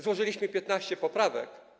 Złożyliśmy 15 poprawek.